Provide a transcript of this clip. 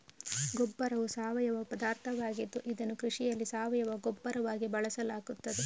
ಗೊಬ್ಬರವು ಸಾವಯವ ಪದಾರ್ಥವಾಗಿದ್ದು ಇದನ್ನು ಕೃಷಿಯಲ್ಲಿ ಸಾವಯವ ಗೊಬ್ಬರವಾಗಿ ಬಳಸಲಾಗುತ್ತದೆ